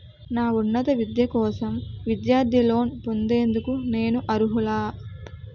నా ఉన్నత విద్య కోసం విద్యార్థి లోన్ పొందేందుకు నేను అర్హులా?